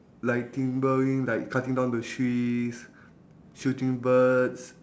like timbering like cutting down the trees shooting birds